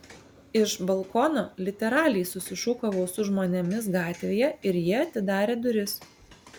iš balkono literaliai susišūkavau su žmonėmis gatvėje ir jie atidarė duris